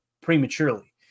prematurely